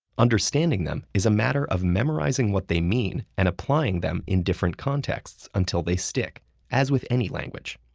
understanding them is a matter of memorizing what they mean and applying them in different contexts until they stick, as with any language.